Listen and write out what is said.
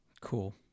Cool